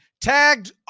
tagged